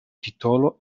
titolo